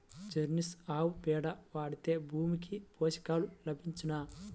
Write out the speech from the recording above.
Jersey ఆవు పేడ వాడితే భూమికి పోషకాలు లభించునా?